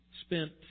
spent